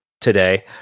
today